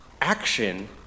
action